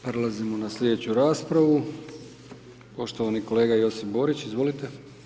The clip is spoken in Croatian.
Prelazimo na slijedeću raspravu, poštovani kolega Josip Borić, izvolite.